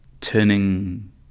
turning